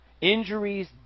Injuries